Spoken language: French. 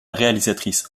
réalisatrice